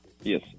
Yes